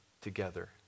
together